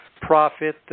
profit